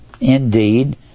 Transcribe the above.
indeed